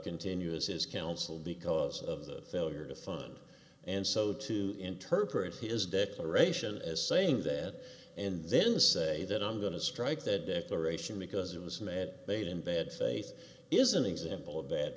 continue as his counsel because of the failure to find and so to interpret his declaration as saying that and then say that i'm going to strike that declaration because it was met made in bad faith is an example of bad